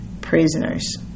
prisoners